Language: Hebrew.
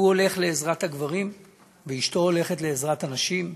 הוא הולך לעזרת הגברים ואשתו הולכת לעזרת הנשים.